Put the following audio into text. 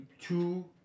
two